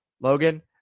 Logan